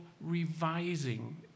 revising